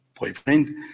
boyfriend